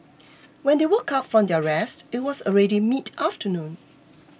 when they woke up from their rest it was already mid afternoon